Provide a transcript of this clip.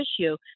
issue